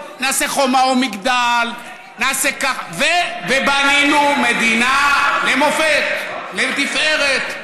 נעשה חומה ומגדל, ובנינו מדינה למופת, לתפארת.